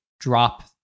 drop